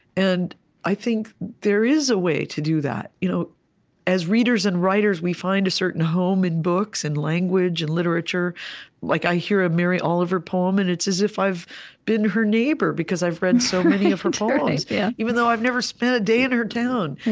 and i think there is a way to do that. you know as readers and writers, we find a certain home in books and language and literature like i hear a mary oliver poem, and it's as if i've been her neighbor, because i've read so many of her poems, yeah even though i've never spent a day in her town.